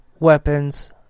weapons